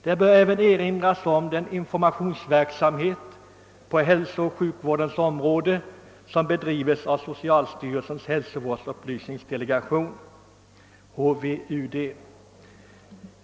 Det bör även erinras om den informationsverksamhet på hälsooch sjukvårdens område som bedrivs av socialstyrelsens hälsovårdsupplysningsdelegation, HVUD.